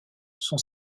son